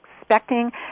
expecting